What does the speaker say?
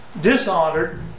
dishonored